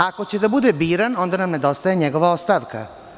Ako će da bude biran, onda nam nedostaje njegova ostavka.